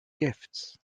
gifts